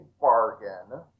bargain